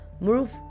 Move